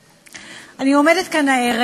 ואני מציע לכולם לתפוס את